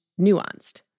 nuanced